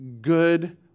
good